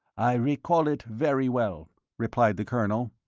i recall it very well, replied the colonel.